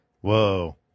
Whoa